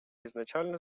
изначально